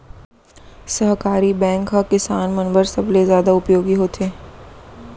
सहकारी बैंक ह किसान मन बर सबले जादा उपयोगी होथे